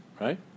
Right